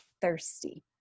thirsty